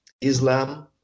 Islam